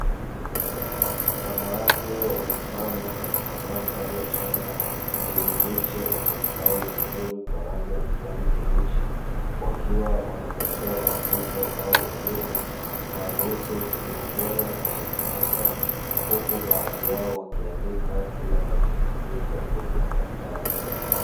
Wanawake wamesimama katika mandhari ya shamba yenye miche iliyostahi vizuri kwa rangi ya kijani kibichi wakiwa wanapatiwa mafunzo au elimu inayohusu kilimo bora na cha kisasa, huku baadhi yao wakiandika kile wanachofundishwa kwenye madaftari.